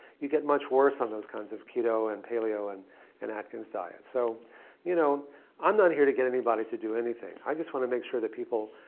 you get much worse on those kinds of keto and paleo and and atkins diet. so you know i'm not here to get anybody to do anything. i just want to make sure that people,